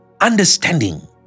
understanding